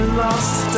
lost